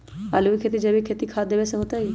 आलु के खेती जैविक खाध देवे से होतई?